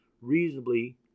reasonably